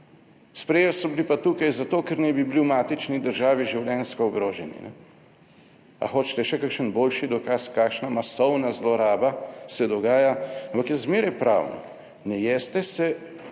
Sprejeli so bili pa tukaj zato, ker naj bi bili v matični državi življenjsko ogroženi. Ali hočete še kakšen boljši dokaz, kakšna masovna zloraba se dogaja? Ampak jaz zmeraj pravim, ne jezite se